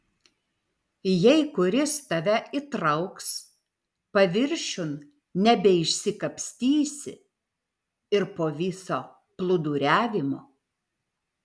jei kuris tave įtrauks paviršiun nebeišsikapstysi ir po viso plūduriavimo